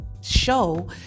Show